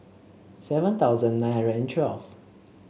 seven thousand nine hundred and twelve